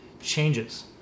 changes